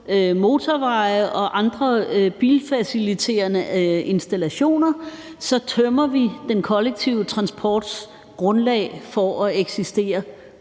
motorveje og andre bilfaciliterende installationer, tømmer vi den kollektive transports grundlag for at eksistere